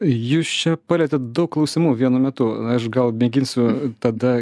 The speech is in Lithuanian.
jūs čia palietėt daug klausimų vienu metu aš gal mėginsiu tada